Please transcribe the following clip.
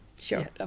Sure